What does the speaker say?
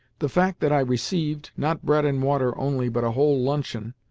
the fact that i received, not bread and water only, but a whole luncheon,